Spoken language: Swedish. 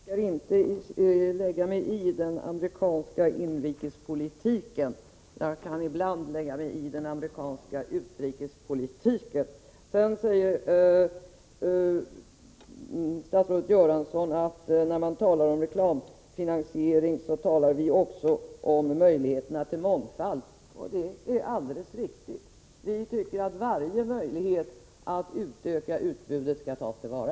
Herr talman! Jag brukar inte lägga mig i den amerikanska inrikespolitiken —- jag kan ibland lägga mig i den amerikanska utrikespolitiken. Statsrådet Göransson säger att när vi talar om reklamfinansiering talar vi också om möjligheterna till mångfald. Det är alldeles riktigt. Vi tycker att varje möjlighet att utöka utbudet skall tas till vara.